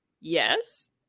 yes